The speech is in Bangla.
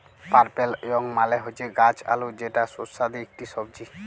পার্পেল য়ং মালে হচ্যে গাছ আলু যেটা সুস্বাদু ইকটি সবজি